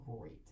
great